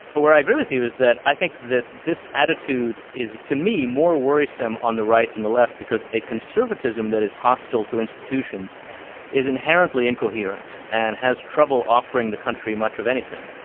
where i agree with you is that i think that this attitude is, to me more worrisome on the right and the left, because a conservatism that is hostile to institutions is inherently incoherent and has trouble offering the country much of anything.